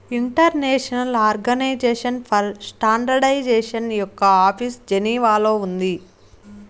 international Organization for Standardization యొక్క office జెనీవాలో ఉంది